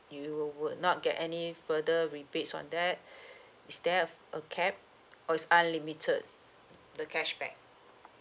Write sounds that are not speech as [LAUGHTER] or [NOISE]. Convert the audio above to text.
you wo~ would not get any further rebates on that [BREATH] is there a a cap or it's unlimited the cashback